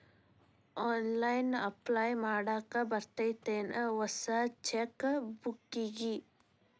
online apply ಮಾಡಾಕ್ ಬರತ್ತೇನ್ ಹೊಸ ಚೆಕ್ ಬುಕ್ಕಿಗಿ